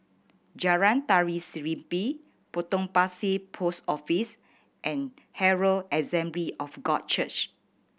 Jalan Tari Serimpi Potong Pasir Post Office and Herald Assembly of God Church